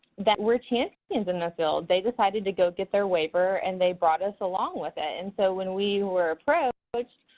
that were champions in the field. they decided to go get their waiver. and they brought us along with it. and so when we were approached, but